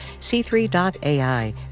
C3.ai